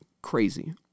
crazy